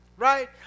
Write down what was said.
Right